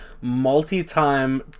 multi-time